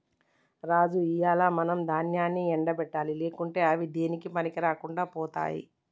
రాజు ఇయ్యాల మనం దాన్యాన్ని ఎండ పెట్టాలి లేకుంటే అవి దేనికీ పనికిరాకుండా పోతాయి